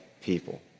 people